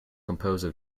composed